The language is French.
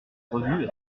revue